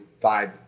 five